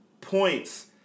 points